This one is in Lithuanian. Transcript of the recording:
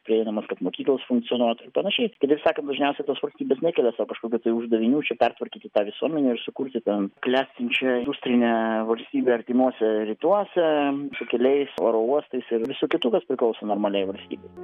prieinamas kad mokyklos funkcionuotų ir panašiai kitaip sakant dažniausiai tos valstybės nekelia sau kažkokių tai uždavinių čia pertvarkyti tą visuomenę ir sukurti ten klestinčią industrinę valstybę artimuose rytuose su keliais oro uostas ir visu kitu kas priklauso normaliai valstybei